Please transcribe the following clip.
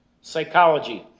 Psychology